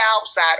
outside